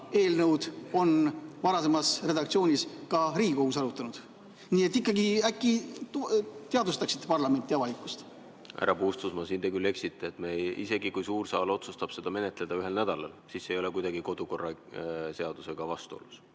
et seda on varasemas redaktsioonis juba Riigikogus arutatud. Nii et ikkagi äkki teavitaksid parlamenti ja avalikkust. Härra Puustusmaa, siin te küll eksite. Isegi kui suur saal otsustab seda menetleda ühel nädalal, ei ole see kuidagi kodukorraseadusega vastuolus.